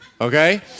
okay